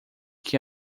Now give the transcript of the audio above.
que